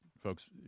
Folks